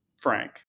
Frank